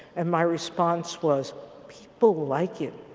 and my response was people like it.